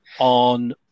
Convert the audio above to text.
on